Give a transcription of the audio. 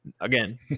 again